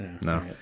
no